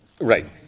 right